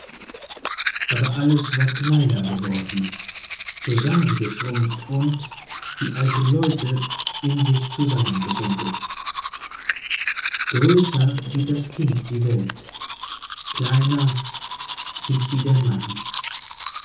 aber alles war kleiner geworden zusammengeschrumpft und wie alte leute in sich zusammengesunken größer sieht das kind die welt kleiner sieht sie der mann